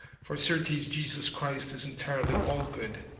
for certes jesus christ is entirely all good,